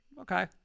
Okay